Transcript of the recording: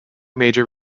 major